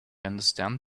understand